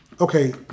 okay